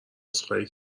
عذرخواهی